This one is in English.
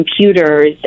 computers